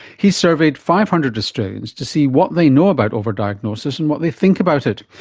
he surveyed five hundred australians to see what they know about over-diagnosis and what they think about it.